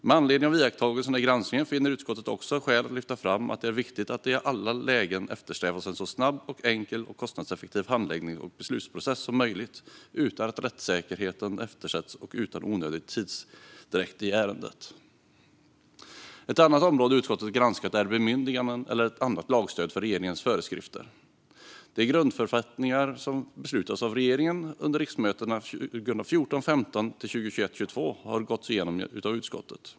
Med anledning av iakttagelserna i granskningen finner utskottet också skäl att lyfta fram att det är viktigt att det i alla lägen eftersträvas en så snabb, enkel och kostnadseffektiv handläggnings och beslutsprocess som möjligt utan att rättssäkerheten eftersätts och utan onödig tidsutdräkt i ärendet. Ett annat område utskottet granskat är bemyndiganden eller annat lagstöd för regeringens föreskrifter. De grundförfattningar som beslutats av regeringen under riksmötena 2014 22 har gåtts igenom av utskottet.